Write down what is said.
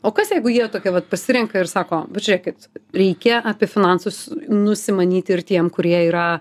o kas jeigu jie tokie vat pasirenka ir sako vat žiūrėkit reikia apie finansus nusimanyti ir tiem kurie yra